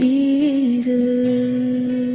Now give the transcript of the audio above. Jesus